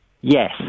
Yes